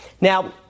Now